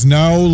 now